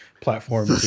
platform